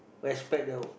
respect the